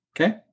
Okay